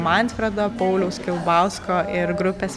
manfredo pauliaus kilbausko ir grupės